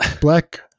Black